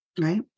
Right